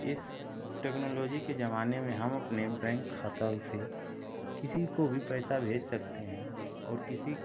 इस टेक्नोलॉजी के जमाने में हम अपने बैंक खताओं से किसी को भी पैसा भेज सकते हैं और किसी